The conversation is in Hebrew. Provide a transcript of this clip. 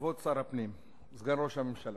לכבוד שר הפנים, סגן ראש הממשלה: